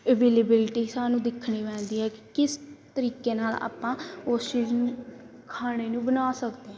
availability ਸਾਨੂੰ ਦੇਖਣੀ ਪੈਂਦੀ ਹੈ ਕਿਸ ਤਰੀਕੇ ਨਾਲ ਆਪਾਂ ਉਸ ਚੀਜ਼ ਨੂੰ ਖਾਣੇ ਨੂੰ ਬਣਾ ਸਕਦੇ ਹਾਂ